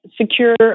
secure